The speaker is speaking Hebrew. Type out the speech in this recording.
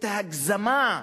ההגזמה,